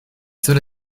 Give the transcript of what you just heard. cela